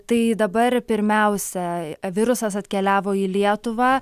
tai dabar pirmiausia virusas atkeliavo į lietuvą